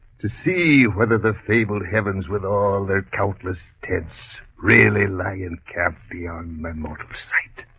to see whether the fabled heavens with all their countless ted's really lion can't be on my motive site